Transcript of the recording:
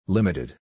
Limited